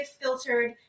filtered